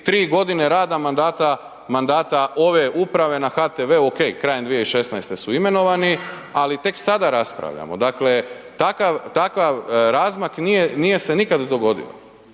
tri godine rada mandata ove uprave na HTV-u. Ok krajem 2016. su imenovani, ali tek sada raspravljamo. Dakle, takav razmak nije se nikada dogodio